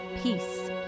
peace